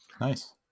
Nice